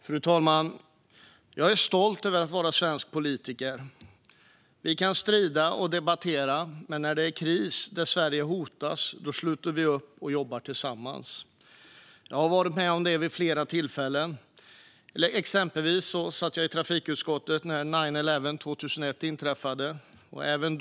Fru talman! Jag är stolt över att vara svensk politiker. Vi kan strida och debattera, men när det är kris och Sverige hotas sluter vi upp och jobbar tillsammans. Jag har varit med om det vid flera tillfällen. Exempelvis satt jag i trafikutskottet när "nine eleven" inträffade 2001.